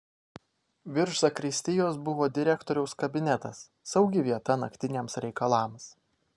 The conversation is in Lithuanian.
virš zakristijos buvo direktoriaus kabinetas saugi vieta naktiniams reikalams